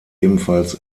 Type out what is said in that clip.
ebenfalls